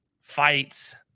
fights